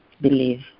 believe